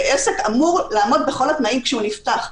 עסק אמור לעמוד בכל התנאים כשהוא נפתח.